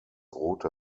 rote